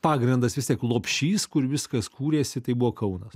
pagrindas vis tiek lopšys kur viskas kūrėsi tai buvo kaunas